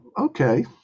okay